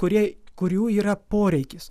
kurie kurių yra poreikis